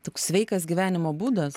toks sveikas gyvenimo būdas